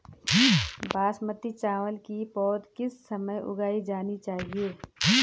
बासमती चावल की पौध किस समय उगाई जानी चाहिये?